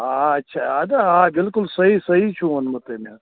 آ آ اَچھا اَدٕ آ بِلکُل صحیح صحیح چھُ ووٚنمُت تٔمۍ حظ